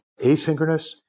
asynchronous